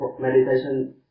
meditation